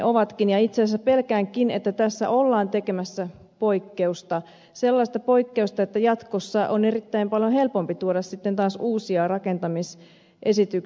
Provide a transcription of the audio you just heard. itse asiassa pelkäänkin että tässä ollaan tekemässä poikkeusta sellaista poikkeusta että jatkossa on erittäin paljon helpompi tuoda sitten taas uusia rakentamisesityksiä